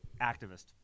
activist